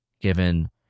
given